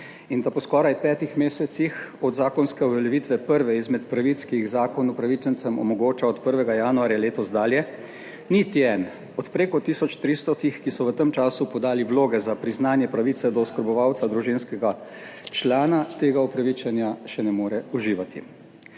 In da po skoraj petih mesecih od zakonske uveljavitve, prve izmed pravic, ki jih zakon upravičencem omogoča od 1. januarja letos dalje, niti en od preko tisoč 300-ih, ki so v tem času podali vloge za priznanje pravice do oskrbovalca družinskega člana, tega upravičenja še ne more uživati.